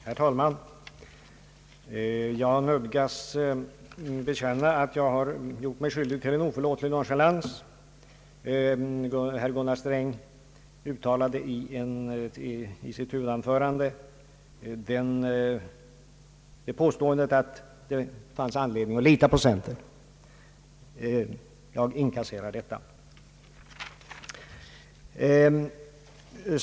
Herr talman! Jag nödgas bekänna att jag har gjort mig skyldig till en oförlåtlig nonchalans. Herr Gunnar Sträng uttalade i sitt huvudanförande det påståendet att det fanns anledning att lita på centern. Jag inkasserar detta.